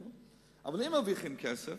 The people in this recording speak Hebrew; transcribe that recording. ואם הן מרוויחות כסף